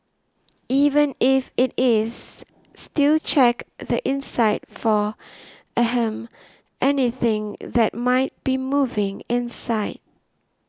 even if it is still check the inside for ahem anything that might be moving inside